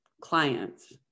clients